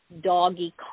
doggy